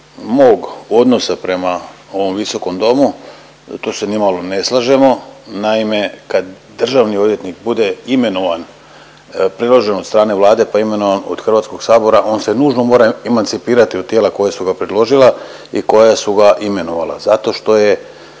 mog odnosa prema ovom visokom domu tu se nimalo ne slažemo. Naime, kad državni odvjetnik bude imenovan predložen od strane vlade, pa imenovan od Hrvatskog sabora on se nužno mora emancipirati u tijela koja su ga predložila i koja su ga imenovala zato što je